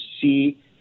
see